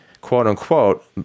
quote-unquote